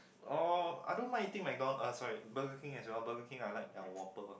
oh I don't mind eating McDonald's uh sorry Burger King as well Burger King I like their whopper